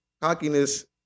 cockiness